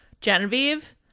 Genevieve